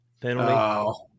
penalty